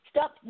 Stop